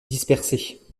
dispersée